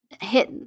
hit